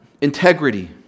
integrity